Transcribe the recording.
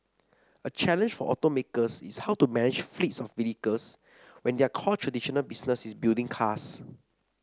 a challenge for automakers is how to manage fleets of vehicles when their core traditional business is building cars